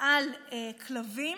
על כלבים,